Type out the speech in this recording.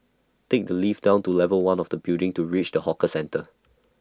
take the lift down to level one of the building to reach the hawker centre